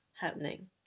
happening